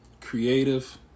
Creative